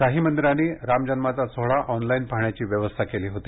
काही मंदिरांनी राम जन्माचा सोहळा ऑनलाइन पाहण्याची व्यवस्था केली होती